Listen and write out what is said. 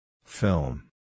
Film